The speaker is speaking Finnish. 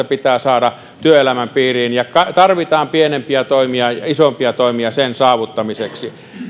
pitää saada työelämän piiriin tarvitaan pienempiä toimia ja isompia toimia sen saavuttamiseksi myöskin